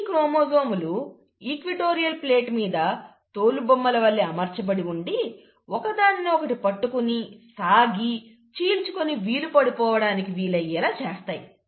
ఈ క్రోమోజోములు equatorial plate మీద తోలుబొమ్మల వలె అమర్చబడి ఉండి ఒక దానిని ఒకటి పట్టుకుని సాగి చీల్చుకొని విడిపోవడానికి వీలు అయ్యేలా చేస్తాయి